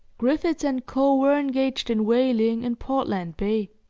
griffiths and co. were engaged in whaling in portland bay.